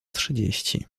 trzydzieści